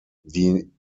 die